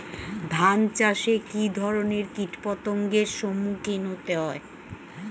ধান চাষে কী ধরনের কীট পতঙ্গের সম্মুখীন হতে হয়?